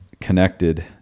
connected